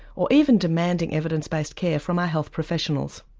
or even demanding evidence based care from our health professionals.